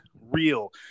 real